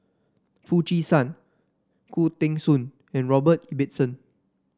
Foo Chee San Khoo Teng Soon and Robert Ibbetson